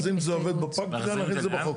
אז אם זה עובד בפרקטיקה נכניס את זה בחוק.